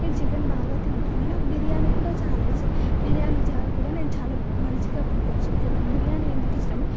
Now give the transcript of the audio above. నేను చికెన్ బాగా తింటాను నాకు బిర్యానీ కూడా చాలా ఇష్టం బిర్యానీ చారు కూడా నేను చాలా మంచిగా ప్రిపేర్ చేస్తాను నాకు బిర్యానీ ఎందుకు ఇష్టం అంటే